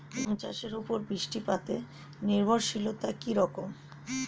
গম চাষের উপর বৃষ্টিপাতে নির্ভরশীলতা কী রকম?